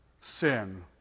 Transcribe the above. sin